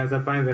מאז שנת 2011,